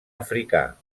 africà